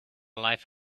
life